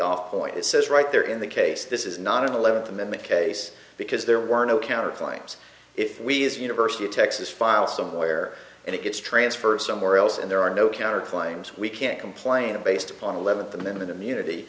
awful it says right there in the case this is not an eleventh amendment case because there were no counterclaims if we as university of texas file somewhere and it gets transferred somewhere else and there are no counter claims we can't complain of based upon eleventh the minute immunity